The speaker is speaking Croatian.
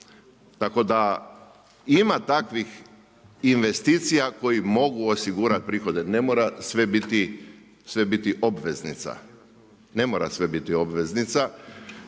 Tako da ima takvih investicija koji mogu osigurati prihode, ne mora sve biti obveznica, ne mora sve biti obveznica